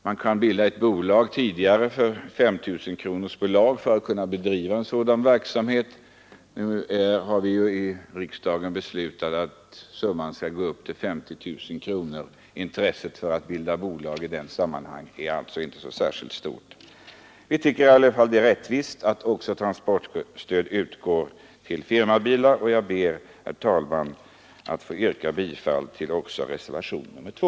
Man kunde tidigare bilda ett bolag med 5 000 kronor för att bedriva sådan verksamhet. Nu har riksdagen beslutat att summan skall uppgå till 50 000 kronor. Intresset för att bilda bolag i sådana här sammanhang är därför inte särskilt stort. Vi tycker att det är rättvist att transportstöd skall utgå även till firmabilar, och jag ber, herr talman, att få yrka bifall också till reservationen 2.